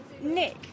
Nick